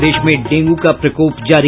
प्रदेश में डेंगू का प्रकोप जारी